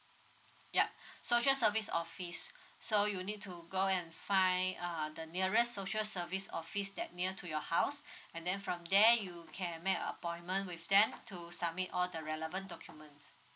yup social service office so you need to go and find uh the nearest social service office that near to your house and then from there you can make a appointment with them to submit all the relevant document